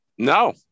No